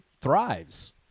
thrives